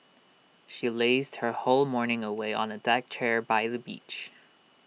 she lazed her whole morning away on A deck chair by the beach